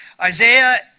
Isaiah